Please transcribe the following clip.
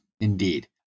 indeed